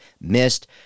missed